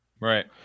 Right